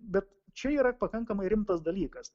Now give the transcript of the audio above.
bet čia yra pakankamai rimtas dalykas